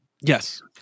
Yes